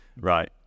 Right